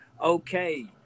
Okay